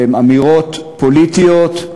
והן אמירות פוליטיות,